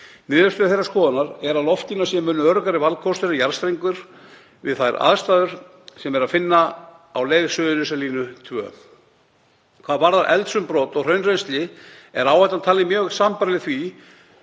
Niðurstöður þeirrar skoðunar eru að loftlína sé mun öruggari valkostur en jarðstrengur við þær aðstæður sem er að finna á leið Suðurnesjalínu 2. Hvað varðar eldsumbrot og hraunrennsli er áhættan talin mjög sambærileg